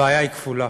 הבעיה היא כפולה,